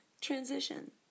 transition